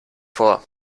vor